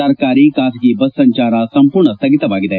ಸರ್ಕಾರಿ ಖಾಸಗಿ ಬಸ್ ಸಂಚಾರ ಸಂಪೂರ್ಣ ಸ್ನಗಿತವಾಗಿದೆ